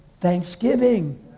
thanksgiving